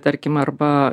tarkim arba